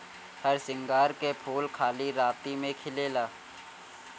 हरसिंगार के फूल खाली राती में खिलेला